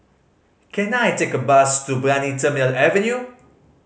can I take a bus to Brani Terminal Avenue